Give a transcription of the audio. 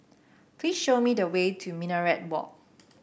please show me the way to Minaret Walk